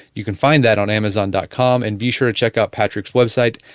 you can find that on amazon dot com and be sure to check up patrick's website,